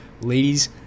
Ladies